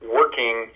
working